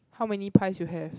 how many pies you have